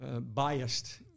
biased